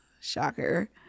Shocker